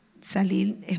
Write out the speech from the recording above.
salir